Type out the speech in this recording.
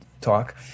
talk